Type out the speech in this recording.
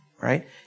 right